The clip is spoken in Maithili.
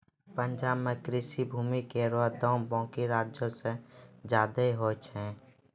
पंजाब म कृषि भूमि केरो दाम बाकी राज्यो सें जादे होय छै